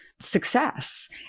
success